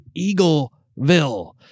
Eagleville